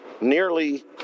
nearly